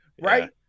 right